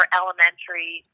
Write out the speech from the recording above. elementary